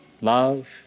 Love